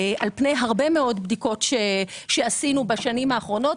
על פני הרבה מאוד בדיקות שעשינו בשנים האחרונות,